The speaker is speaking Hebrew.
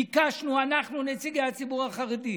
ביקשנו, אנחנו, נציגי הציבור החרדי,